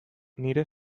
nire